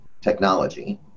technology